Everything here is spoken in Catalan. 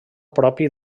propi